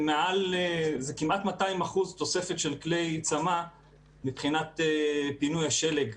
זה כמעט 200% תוספת של כלי צמ"ה מבחינת פינוי השלג.